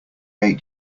ate